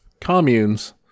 communes